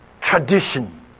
Tradition